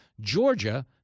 Georgia